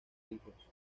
hijos